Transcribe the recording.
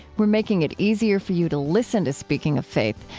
we're making it easier for you to listen to speaking of faith.